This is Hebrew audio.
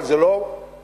אבל זה לא בסתירה,